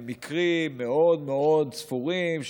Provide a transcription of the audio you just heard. במקרים מאוד מאוד ספורים,